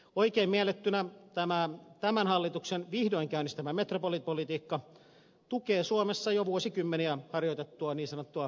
oikein miellettynä tämän hallituksen vihdoin käynnistämä metropolipolitiikka tukee suomessa jo vuosikymmeniä harjoitettua niin sanottua perinteistä aluepolitiikkaa